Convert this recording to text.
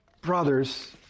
brothers